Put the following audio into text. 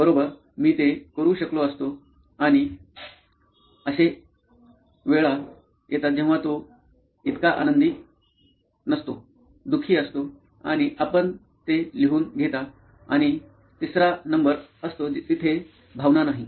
बरं मी ते करू शकलो असतो आणि असे वेळा येतात जेव्हा तो इतका आनंदी नसतो दु खी असतो आणि आपण ते लिहून घेता आणि तिसरा नंबर असतो जिथे भावना नाही